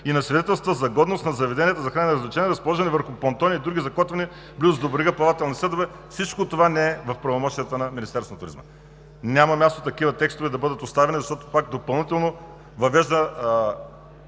и на свидетелства за годност на заведенията за хранене или развлечения, разположени върху понтони и други закотвени близо до брега плавателни съдове“ – всичко това не е в правомощията на Министерството на туризма. Няма място такива текстове да бъдат оставени, защото пак допълнително въвеждат